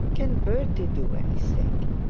can bertie do anything